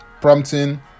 prompting